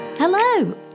Hello